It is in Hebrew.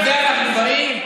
על זה אנחנו באים?